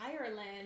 Ireland